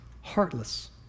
heartless